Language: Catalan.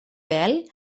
bel